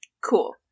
Cool